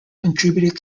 contributed